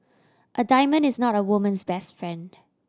a diamond is not a woman's best friend